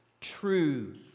True